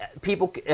people